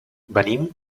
venim